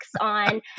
on